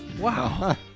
Wow